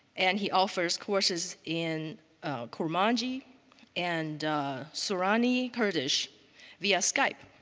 and he offers courses in kurmanji and sorani kurdish via skype.